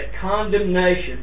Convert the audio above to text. condemnation